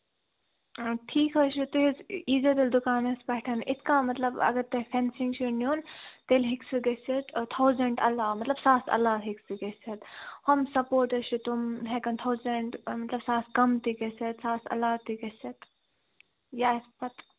آ ٹھیٖک حظ چھُ تُہۍ ییٖزیٚو تیٚلہِ دُکانَس پیٚٹھ یِتھٕ کٔنۍ مطلب اَگر تۄہہِ فینسِنٛگ چھُو نیُن تیٚلہِ ہیٚکہِ سُہ گٔژھِتھ تھوزنٛڈ علاوٕ مطلب ساسہٕ علاوٕ ہیٚکہِ سُہ گٔژھِتھ یِم سٔپوٚٹٕس چھِ تُم ہیٚکن تھوزنٛڈ مطلب ساس کَم تہِ گٔژھِتھ ساس علاوٕ تہِ گٔژھِتھ یہِ آسہِ پَتہٕ